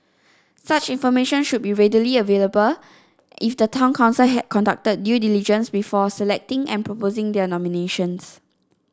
such information should be readily available if the town council had conducted due diligence before selecting and proposing their nominations